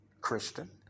Christian